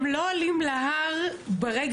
היו"ר מירב בן ארי (יו"ר ועדת ביטחון הפנים): הם לא עולים להר ברגע